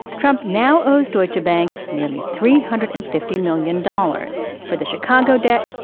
trump now owes deutsche bank nearly three hundred and fifty million dollars for the chicago debt,